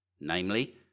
namely